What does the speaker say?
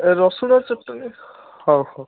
ରସୁଣ ଚଟଣି ହଉ ହଉ